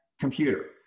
computer